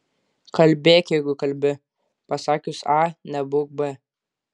kalbėk jeigu kalbi pasakius a nebūk b